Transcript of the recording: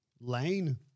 lane